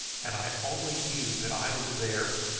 and i only knew that i was there,